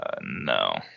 no